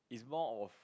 is more of